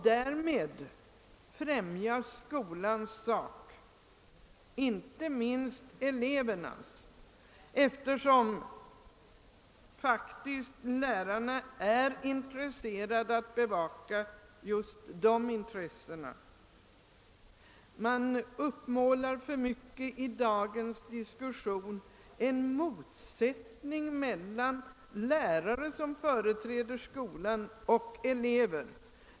Därigenom främjas skolans sak, och inte minst elevernas intressen, eftersom lärarna faktiskt är intresserade av att bevaka dem. I dagens situation målar man upp för mycket av en motsättning mellan läraren, som företräder skolan, och eleven.